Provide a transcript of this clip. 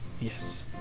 Yes